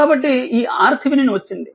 కాబట్టి ఈ RThevenin వచ్చింది